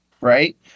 right